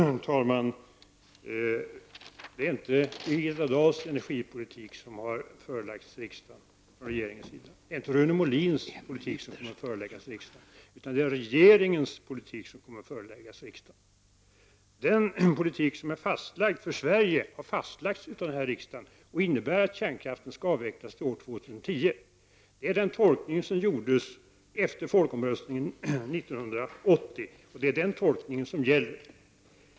Herr talman! Det är inte Birgitta Dahls energipolitik som har förelagts riksdagen från regeringens sida. Det är inte heller Rune Molins energipolitik som kommer att föreläggas riksdagen. Det är regeringens politik som kommer att föreläggas riksdagen. Den politik som är fastlagd för Sverige har fastlagts av riksdagen. Den innebär att kärnkraften skall avvecklas till år 2010. Det är den tolkning som gjordes efter folkomröstningen 1980, och det är den tolkningen som gäller.